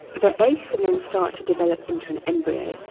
the egg can then start to develop into an embryo.